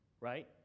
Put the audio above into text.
right